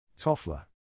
Toffler